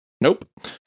nope